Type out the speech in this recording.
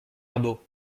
rabault